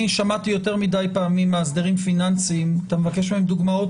אני שמעתי יותר מדי פעמים מאסדרים פיננסיים שכשאתה מבקש מהם דוגמאות